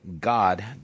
God